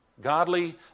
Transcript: Godly